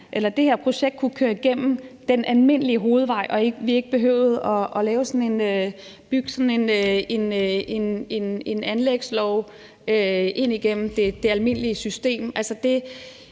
at det her projekt kunne køre igennem ad den almindelige hovedvej, og at vi ikke behøvede at lave sådan en anlægslov ind igennem det almindelige system.